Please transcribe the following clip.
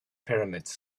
pyramids